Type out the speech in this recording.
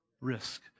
risk